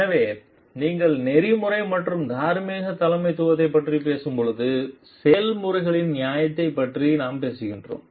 எனவே நீங்கள் நெறிமுறை மற்றும் தார்மீக தலைமைத்துவத்தைப் பற்றி பேசும்போது செயல்முறைகளின் நியாயத்தைப் பற்றி நாம் பேசுகிறோம்